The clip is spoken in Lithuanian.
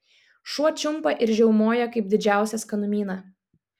šuo čiumpa ir žiaumoja kaip didžiausią skanumyną